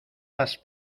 las